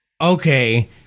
Okay